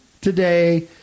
today